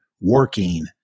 working